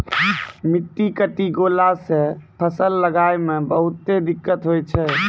मिट्टी कटी गेला सॅ फसल लगाय मॅ बहुते दिक्कत होय छै